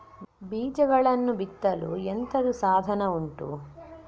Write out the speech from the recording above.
ಬೀಜಗಳನ್ನು ಬಿತ್ತಲು ಎಂತದು ಸಾಧನ ಉಂಟು?